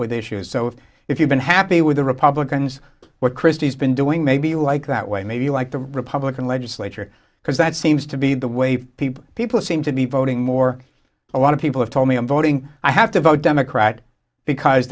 with the issues so if you've been happy with the republicans what christie's been doing maybe you like that way maybe you like the republican legislature because that seems to be the way people people seem to be voting more a lot of people have told me i'm voting i have to vote democrat because